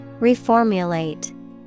Reformulate